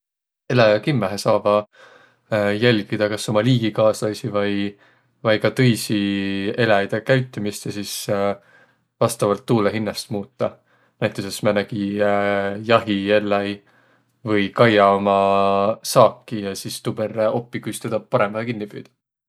Eläjäq kimmähe saavaq jälgidäq kas uma liigikaaslaisi vai ka tõisi eläjide käütümist ja sis vastavalt tuulõ hinnäst muutaq. Näütüses määnegi jahielläi või kaiaq umma saaki ja sis tuu perrä oppiq, et kuis tedä parõmbahe kinniq püüdäq.